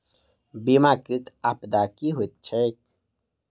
बीमाकृत आपदा की होइत छैक?